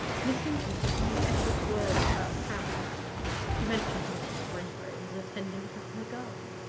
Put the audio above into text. miss hinton had used edward's words about towns she mentioned mr. springrove as attending to her garden.